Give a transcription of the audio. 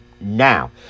now